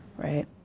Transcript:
right.